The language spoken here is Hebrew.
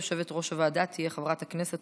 יושבת-ראש הוועדה תהיה חברת הכנסת